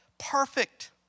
perfect